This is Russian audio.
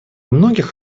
многих